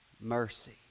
mercy